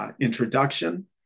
introduction